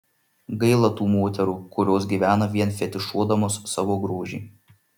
gaila tų moterų kurios gyvena vien fetišuodamos savo grožį